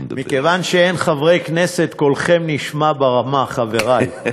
מכיוון שאין חברי כנסת, קולכם נשמע ברמה, חברי.